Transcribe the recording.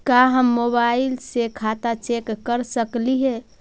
का हम मोबाईल से खाता चेक कर सकली हे?